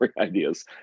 ideas